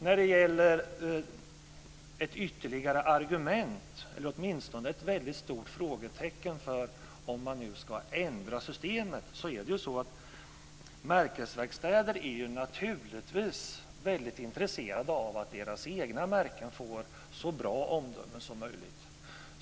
När det gäller ett ytterligare argument, eller åtminstone ett stort frågetecken för om man nu ska ändra systemet så kan jag säga att märkesverkstäder naturligtvis är intresserade av att deras egna märken får så bra omdömen som möjligt.